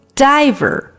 diver，